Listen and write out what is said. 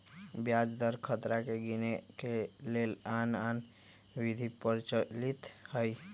ब्याज दर खतरा के गिनेए के लेल आन आन विधि प्रचलित हइ